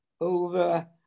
over